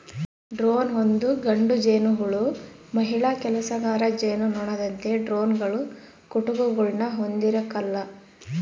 drone ಒಂದು ಗಂಡು ಜೇನುಹುಳು ಮಹಿಳಾ ಕೆಲಸಗಾರ ಜೇನುನೊಣದಂತೆ ಡ್ರೋನ್ಗಳು ಕುಟುಕುಗುಳ್ನ ಹೊಂದಿರಕಲ್ಲ